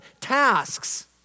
tasks